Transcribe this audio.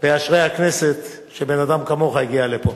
ואשרי הכנסת שאדם כמוך הגיע לפה.